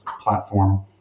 platform